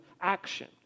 action